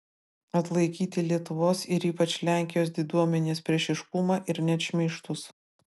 atlaikyti lietuvos ir ypač lenkijos diduomenės priešiškumą ir net šmeižtus